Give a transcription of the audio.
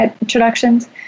introductions